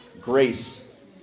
grace